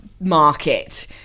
market